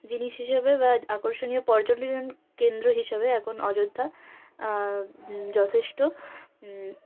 জিনিস হিসেবে বা আকর্ষণীয় পর্যটন কেন্দ্র হিসাবে এখন অযোধ্যা যথেষ্ট